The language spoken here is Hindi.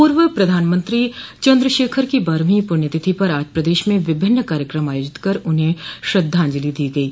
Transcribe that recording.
पूर्व प्रधानमंत्री चन्द्रशेखर की बारहवीं पुण्य तिथि पर आज प्रदेश में विभिन्न कार्यकम आयोजित कर उन्हें श्रद्धांजलि दी गयी